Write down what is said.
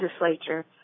legislature